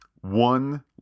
One